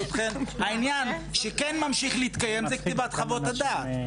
העניין שכן ממשיך להתקיים זה כתיבת חוות הדעת.